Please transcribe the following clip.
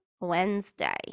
Wednesday